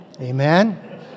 Amen